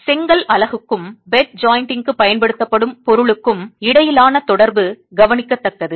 எனவே செங்கல் அலகுக்கும் படுக்கையில் இணைக்கப் பயன்படுத்தப்படும் பொருளுக்கும் இடையிலான தொடர்பு கவனிக்கத்தக்கது